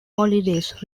holidays